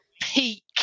peak